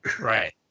Right